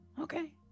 Okay